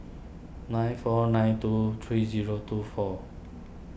nine four nine two three zero two four